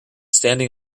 standing